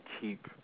keep